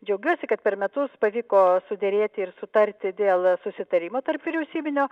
džiaugiuosi kad per metus pavyko suderėti ir sutarti dėl susitarimo tarpvyriausybinio